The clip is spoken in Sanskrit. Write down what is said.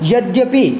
यद्यपि